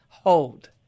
hold